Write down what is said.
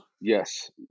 Yes